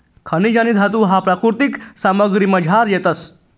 खनिजे आणि धातू ह्या प्राकृतिक सामग्रीमझार येतस